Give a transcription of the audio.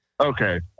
Okay